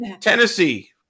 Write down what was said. tennessee